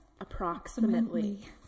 Approximately